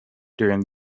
during